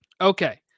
Okay